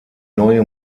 neue